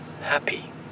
happy